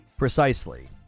Precisely